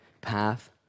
path